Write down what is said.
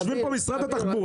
יושבים פה אנשי משרד התחבורה,